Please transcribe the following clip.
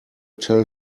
tell